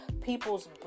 people's